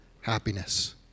happiness